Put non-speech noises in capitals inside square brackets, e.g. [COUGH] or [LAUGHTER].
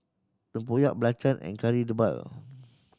tempoyak [UNINTELLIGIBLE] and Kari Debal